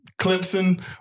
Clemson